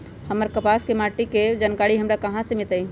हमर आसपास के मार्किट के जानकारी हमरा कहाँ से मिताई?